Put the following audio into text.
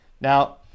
Now